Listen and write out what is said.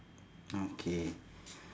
okay